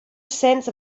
sense